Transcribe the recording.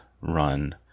run